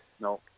No